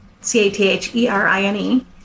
C-A-T-H-E-R-I-N-E